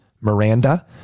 Miranda